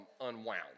unwound